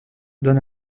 don